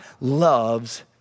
loves